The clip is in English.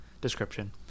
description